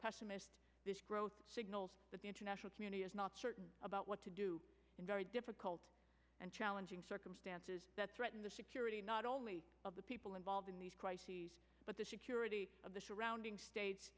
pessimist this growth signals that the international community is not certain about what to do in very difficult and challenging circumstances that threaten the security not only of the people involved in these crises but the security of the surrounding states